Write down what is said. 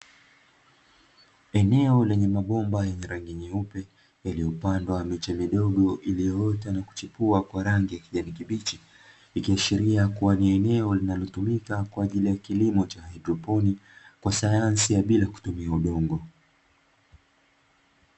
Eneo lenye mabomba yenye rangi nyeupe, yalilyopandwa miche midogo iliyoota na kuchepua kwa rangi ya kijani kibichi, ikiashiria kuwa ni eneo linalotumika kwa ajili ya kilimo cha haidroponi cha sayansi bila kutumia udongo.